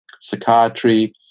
psychiatry